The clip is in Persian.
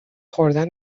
خوردن